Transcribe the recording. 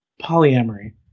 polyamory